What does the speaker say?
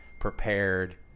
prepared